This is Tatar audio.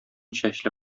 чәчле